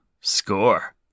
Score